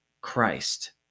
Christ